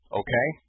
okay